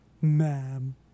Ma'am